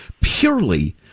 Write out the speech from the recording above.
purely